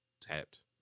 tapped